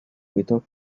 without